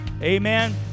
Amen